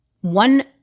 one